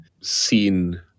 seen